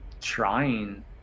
trying